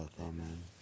Amen